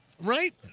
right